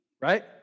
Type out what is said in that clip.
right